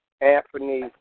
Anthony